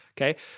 okay